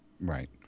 Right